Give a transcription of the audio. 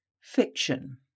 Fiction